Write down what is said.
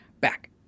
back